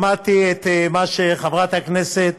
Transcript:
שמעתי את מה שחברת הכנסת